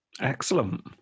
Excellent